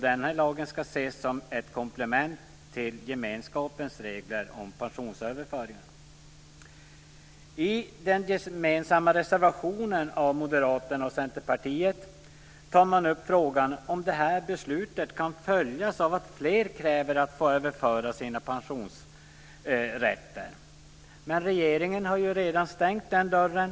Denna lag ska ses som ett komplement till gemenskapens regler om pensionsöverföringar. I den gemensamma reservationen från Moderaterna och Centerpartiet tar man upp frågan om det här beslutet kan följas av att fler kräver att få överföra sina pensionsrätter. Men regeringen har redan stängt den dörren.